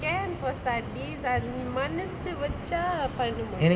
can for studies ah நீ மனசு வெச்சா பண்ண:nee manasu vecha panna